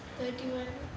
thirty one